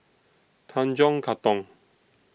Tanjong Katong